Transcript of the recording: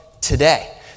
today